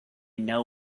know